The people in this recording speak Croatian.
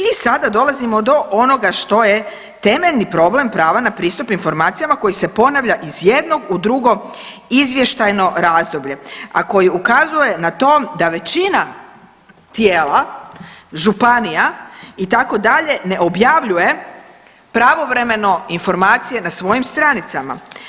I sada dolazimo do onoga što je temeljni problem prava na pristup informacijama koji se ponavlja iz jednog u drugo izvještajno razdoblje, a koji ukazuje na to da većina tijela, županija, itd., ne objavljuje pravovremeno informacije na svojim stranicama.